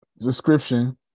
Description